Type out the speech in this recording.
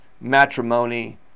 matrimony